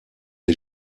des